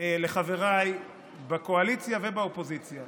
לחבריי בקואליציה ובאופוזיציה